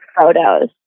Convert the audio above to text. photos